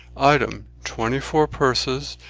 item, twentie four pursis,